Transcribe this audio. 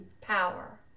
power